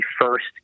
first